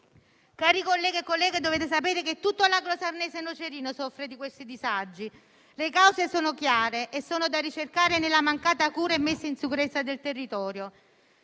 Cari colleghi e colleghe, dovete sapere che tutto l'agro sarnese-nocerino soffre di questi disagi. Le cause sono chiare e sono da ricercare nella mancata cura e messa in sicurezza del territorio.